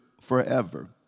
forever